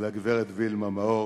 לגברת וילמה מאור,